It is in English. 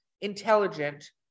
intelligent